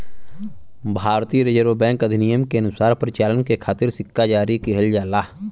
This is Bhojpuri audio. भारतीय रिजर्व बैंक अधिनियम के अनुसार परिचालन के खातिर सिक्का जारी किहल जाला